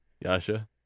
Yasha